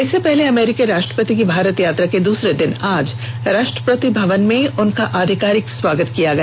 इससे पहले अमेरिकी राष्ट्रपति की भारत यात्रा के दूसरे दिन आज राष्ट्रपति भवन में उनका अधिकारिक स्वागत किया गया